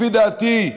לפי דעתי,